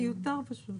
מיותר פשוט.